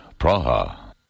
Praha